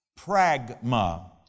Pragma